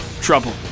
trouble